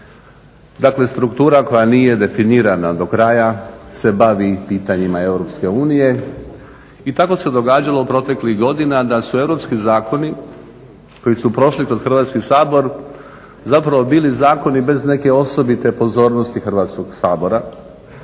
dakle struktura koja nije definirana do kraja se bavi i pitanjima Europske unije. I tako se događalo proteklih godina da su europski zakoni koji su prošli kroz Hrvatski sabor zapravo bili zakoni bez neke osobite pozornosti Hrvatskog sabora